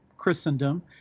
Christendom